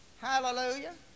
Hallelujah